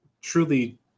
truly